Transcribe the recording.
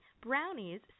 brownies